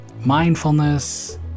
mindfulness